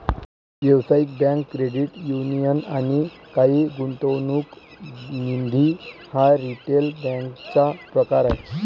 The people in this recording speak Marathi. व्यावसायिक बँक, क्रेडिट युनियन आणि काही गुंतवणूक निधी हा रिटेल बँकेचा प्रकार आहे